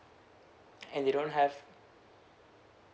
and they don't have